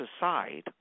aside